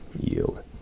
Yield